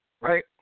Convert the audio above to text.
right